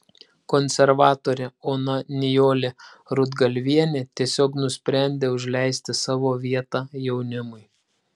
konservatorė ona nijolė rudgalvienė tiesiog nusprendė užleisti savo vietą jaunimui